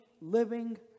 living